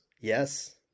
Yes